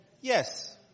Yes